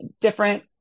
different